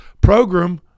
program –